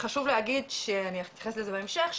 שחשוב להגיד שאני אתייחס לזה בהמשך,